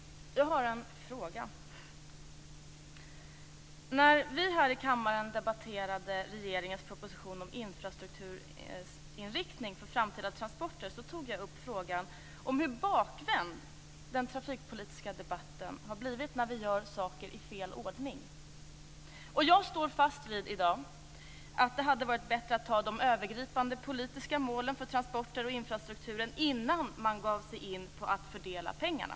Jag har en fråga. När vi här i kammaren debatterade regeringens proposition om infrastrukturinriktning för framtida transporter tog jag upp frågan om hur bakvänd den trafikpolitiska debatten har blivit när vi gör saker i fel ordning. Jag står i dag fast vid att det hade varit bättre att fatta beslut om de övergripande politiska målen för transporter och infrastruktur innan man gav sig in på att fördela pengarna.